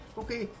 okay